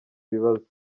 bibazo